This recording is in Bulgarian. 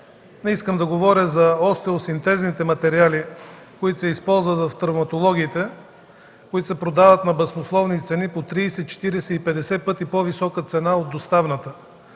Не искам да говоря за остеосинтезните материали, които се използват в травматологията. Те се продават на баснословни цени – по 30-40-50 пъти по-висока цена от доставната.